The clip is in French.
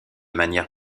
manière